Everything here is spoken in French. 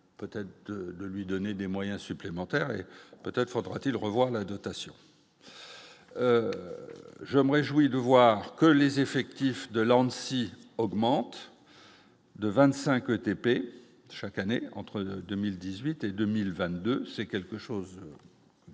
peut-être de lui donner des moyens supplémentaires et peut-être faudra-t-il revoir la dotation je me réjouis de voir que les effectifs de l'Anssi augmente de 25 ETP chaque année entre 2018 et 2022, c'est quelque chose,